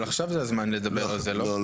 אבל עכשיו זה הזמן לדבר על זה, לא?